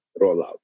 rollout